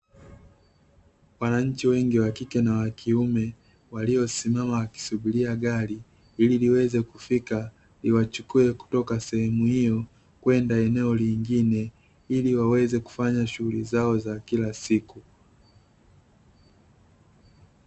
Wananchi wengi, wa kike na wa kiume, waliosimama wakisubiria gari ili liweze kufika liwachukue kutoka sehemu hiyo kwenda eneo lingine, ili waweze kufanya shughuli zao za kila siku.